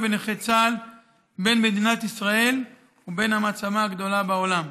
ונכי צה"ל בין מדינת ישראל ובין המעצמה הגדולה בעולם.